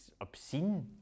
obscene